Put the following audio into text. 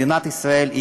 מדינת ישראל היא